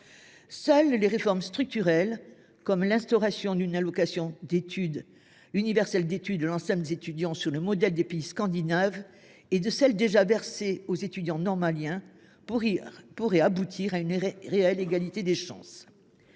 Seules des réformes structurelles, comme l’instauration d’une allocation universelle d’études destinée à l’ensemble des étudiants, sur le modèle de ce qui existe dans les pays scandinaves et de l’allocation déjà versée aux étudiants normaliens, pourraient aboutir à une réelle égalité des chances.